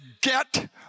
get